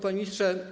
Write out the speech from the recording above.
Panie Ministrze!